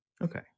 Okay